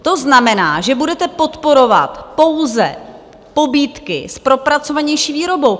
To znamená, že budete podporovat pouze pobídky s propracovanější výrobou.